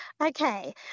Okay